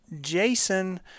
jason